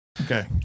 Okay